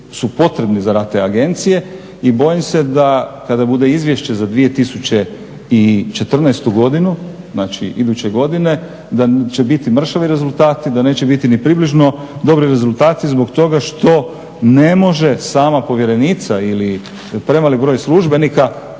su potrebni za rad te agencije i bojim se da kada bude izvješće za 2014.godinu iduće godine da će biti mršavi rezultati da neće biti ni približno dobri rezultati zbog toga što ne može sama povjerenica ili premali broj službenika,